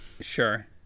Sure